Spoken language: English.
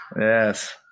Yes